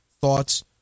thoughts